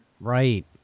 right